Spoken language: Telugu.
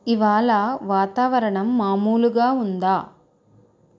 ఇవాళ వాతావరణం మామూలుగా ఉందా